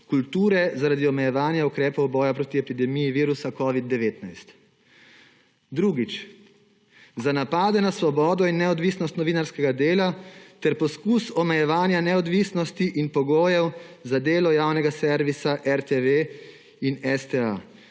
kulture zaradi omejevanja ukrepov boja proti epidemiji virusa covid-19. Drugič, za napade na svobodo in neodvisnost novinarskega dela ter poskus omejevanja neodvisnosti in pogojev za delo javnega servisa RTV in STA.